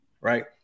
right